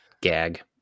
gag